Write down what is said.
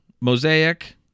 Mosaic